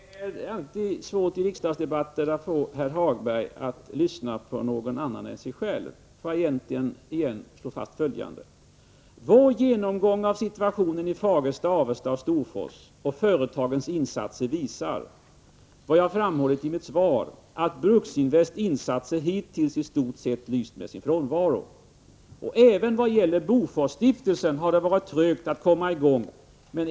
Herr talman! Det är alltid svårt att i riksdagsdebatter få herr Hagberg att lyssna på någon annan än sig själv. Jag får återigen slå fast följande. Vår genomgång av situationen i Fagersta, Avesta och Storfors och företagens insatser där visar det som jag har framhållit i mitt svar, nämligen att Bruksinvests insatser hittills i stort sett har lyst med sin frånvaro. Även vad gäller Boforsstiftelsen har det varit trögt att komma i gång.